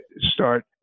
start